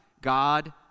God